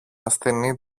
ασθενή